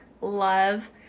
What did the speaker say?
love